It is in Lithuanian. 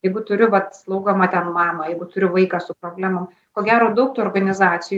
jeigu turiu vat slaugomą ten mamą jeigu turiu vaiką su problemom ko gero daug tų organizacijų